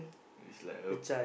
is like a